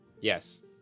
Yes